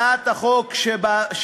ומסכים להצעות חוק שהאופוזיציה